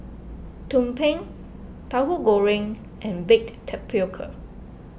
Tumpeng Tahu Goreng and Baked Tapioca